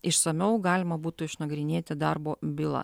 išsamiau galima būtų išnagrinėti darbo bylą